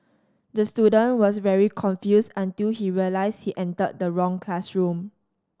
the student was very confused until he realised he entered the wrong classroom